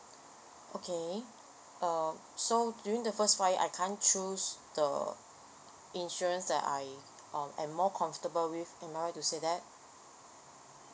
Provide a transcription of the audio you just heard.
okay uh so during the first five years I can't choose the insurance that I um I'm more comfortable with am I right to say that